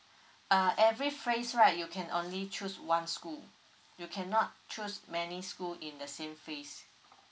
ah every phrase right you can only choose one school you cannot choose many school in the same phase